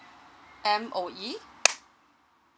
M_O_E